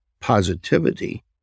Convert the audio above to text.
positivity